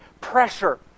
pressure